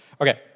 Okay